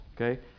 Okay